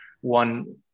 one